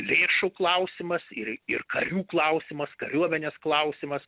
lėšų klausimas ir ir karių klausimas kariuomenės klausimas